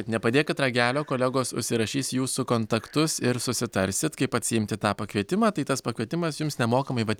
nepadėkit ragelio kolegos užsirašys jūsų kontaktus ir susitarsit kaip atsiimti tą pakvietimą tai tas pakvietimas jums nemokamai vat